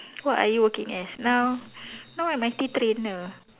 what are you working as now now I'm I_T trainer